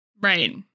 Right